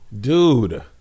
Dude